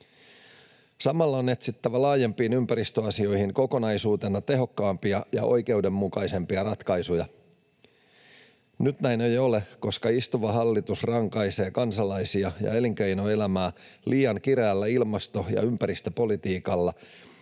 Samalla on etsittävä laajempiin ympäristöasioihin kokonaisuutena tehokkaampia ja oikeudenmukaisempia ratkaisuja. Nyt näin ei ole, koska istuva hallitus rankaisee kansalaisia ja elinkeinoelämää liian kireällä ilmasto- ja ympäristöpolitiikalla,